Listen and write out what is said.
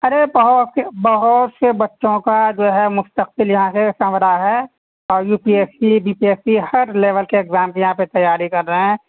ارے بہت سے بہت سے بچوں کا جو ہے مستقبل یہاں سے سنورا ہے اور U P S C B S C ہر لیول کے اگزام یہاں پہ تیاری کر رہے ہیں